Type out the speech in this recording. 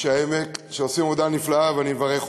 אנשי העמק, שעושים עבודה נפלאה, ואני מברך אותם.